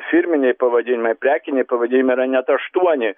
firminiai pavadinimai prekiniai pavadinimai yra net aštuoni